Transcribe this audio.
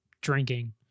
drinking